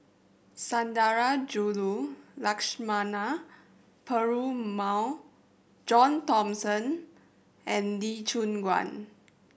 Sundarajulu Lakshmana Perumal John Thomson and Lee Choon Guan